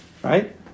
Right